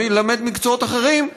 גם ללמד מקצועות אחרים,